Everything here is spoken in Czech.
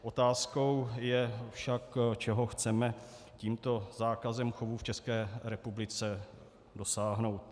Otázkou je však, čeho chceme tímto zákazem chovu v České republice dosáhnout.